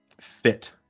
fit